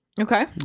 Okay